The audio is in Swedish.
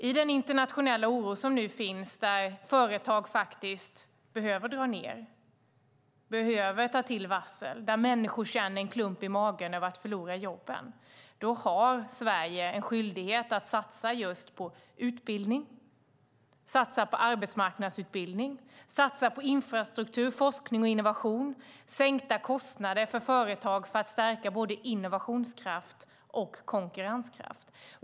I nuvarande situation med internationell oro där företag behöver dra ned och behöver ta till varsel och där människor känner en klump i magen över att förlora jobbet har Sverige en skyldighet att satsa på just utbildning, att satsa på arbetsmarknadsutbildning samt att satsa på infrastruktur, forskning och innovation och på sänkta kostnader för företag för att stärka både innovationskraften och konkurrenskraften.